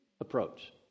approach